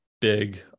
big